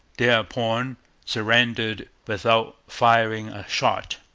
thereupon surrendered without firing a shot.